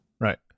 Right